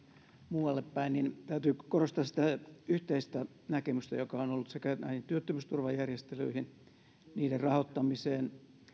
muualle päin niin täytyy korostaa sitä yhteistä näkemystä joka on on ollut näistä työttömyysturvajärjestelyistä niiden rahoittamisesta